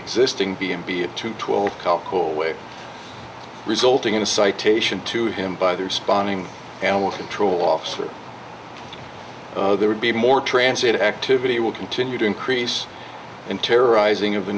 existing b m b a two twelve alcool way resulting in a citation to him by the responding animal control officer there would be more transit activity will continue to increase in terrorizing of the